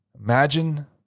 Imagine